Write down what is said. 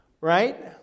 Right